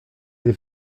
des